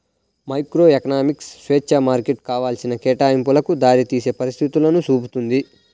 microeconomics స్వేచ్ఛా మార్కెట్లు కావాల్సిన కేటాయింపులకు దారితీసే పరిస్థితులను చూపుతుంది